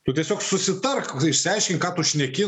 tu tiesiog susitark išsiaiškink ką tu šneki